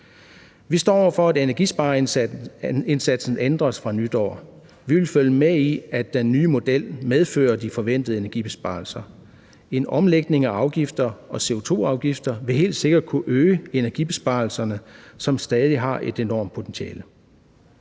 Vi står over for, at energispareindsatsen ændres fra nytår. Vi vil følge med i, at den nye model medfører de forventede energibesparelser. En omlægning af afgifter og CO2-afgifter vil helt sikkert kunne øge energibesparelserne, som stadig har et enormt potentiale.